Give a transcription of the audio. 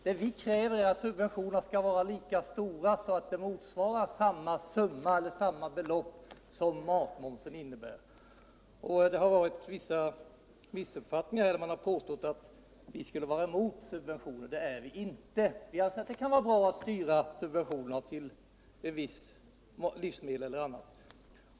Det vi kräver är att subventionerna skall vara lika stora, så att de motsvarar samma belopp som matmomsen innebär. Det har förekommit vissa missuppfattningar här — man har påstått att vi skulle vara cmot subventioner. Det är vi inte. Vi anser att det kan vara bra att styra subventionerna till vissa livsmedel eller annat.